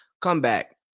comeback